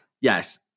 Yes